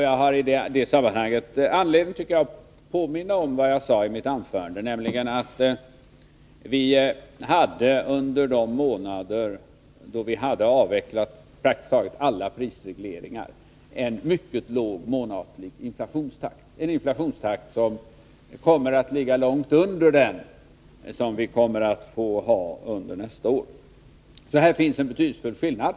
Jag har i det sammanhanget anledning att påminna om vad jag sade i mitt förra anförande, nämligen att vi — under månaderna efter det att vi avvecklat praktiskt taget alla prisregleringar — hade en mycket låg månatlig inflationstakt, en inflationstakt som låg långt under den som vi kommer att få nästa år. Här finns alltså en betydelsefull skillnad.